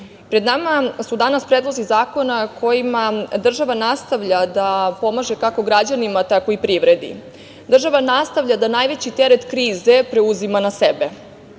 pred nama su danas predlozi zakona kojima država nastavlja da pomaže, kako građanima, tako i privredi. Država nastavlja da najveći teret krize preuzima na sebe.